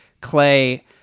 Clay